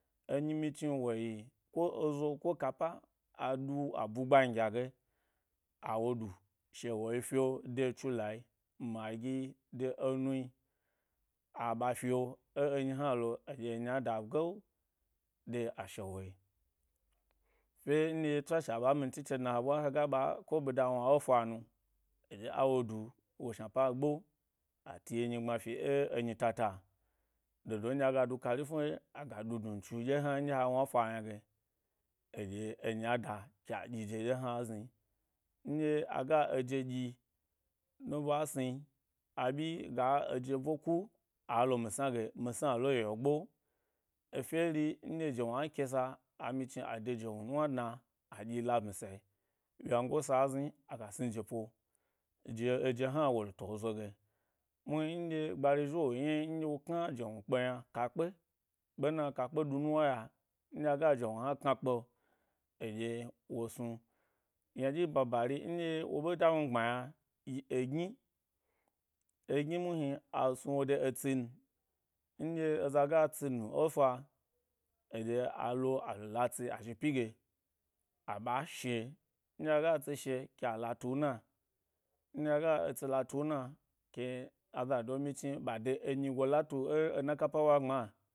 Enyi nyichnu woyi ezo ko kapa, aɗu a bug ban gya ge, awo ɗu shewoyi fyo, de chulayi maggi, de enugi a ɓa. fyo e enyi hna lo aɗye enyi ada gawu de ashewuyi fye nɗye tswashe a ɓa minti chechna he ɓwa hega ɓa ko ɓida wna efa nu eɗye a wo du wo shnapa ybo, ati enyi gbma fi ẻ nyitata dodo ndyo aga ɗu kari tnure aga du dnutsu dye hna nɗye a ga eje ɗyi nubwa sni aɓyi ga eje bo ku alo misna ge, misna lo yeo gbo, efye ri nɗye jewnua kesa a myi chni ade jemu numa dna aɗyi la ɓmisayi, wyango sa zni aga sni jepo to, eje hna woloto zo ge. Muhni nɗye gbari zhi wo nɗye wo kna jewnu kp yna kpe ɓena, ka kpe ɗu nuwna ya nɗye a ga jewnu hna knakpe’o eɗye wo snu ynaɗyi babari nɗyi wo ɓe dami gbma yna yi egni, egni muhni a snuwode etsin nɗye eza ga etsi nu efa eɗye alo alo la ebi a zhi pyi ge a ɓa she, nɗye aga etsi she la tuna nɗye aga itsi la tuna ke azado myichni ɓa de enyi gda tu ena ko ena kappa ɓwa gbma.